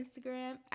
Instagram